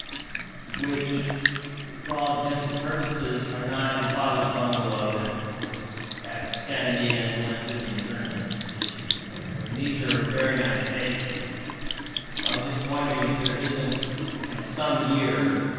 which for all intensive purposes are not your father's bungalow that was at santa anita and went through the interment issues and things. i mean these are very nice spaces. so i'm just wondering if there isn't at some year,